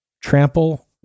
Trample